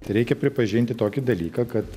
reikia pripažinti tokį dalyką kad